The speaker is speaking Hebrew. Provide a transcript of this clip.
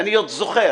ואני עוד זוכר,